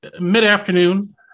mid-afternoon